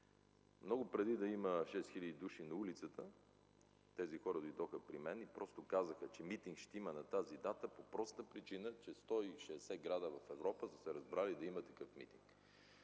Много преди да има 6 хиляди души на улицата, тези хора дойдоха при мен и казаха, че митинг ще има на тази дата по простата причина, че 160 градове в Европа са се разбрали да има такъв митинг.